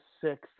six